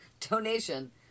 Donation